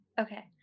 Okay